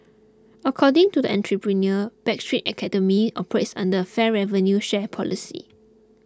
according to the entrepreneur Backstreet Academy operates under a fair revenue share policy